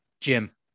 Jim